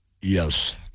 Yes